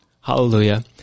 Hallelujah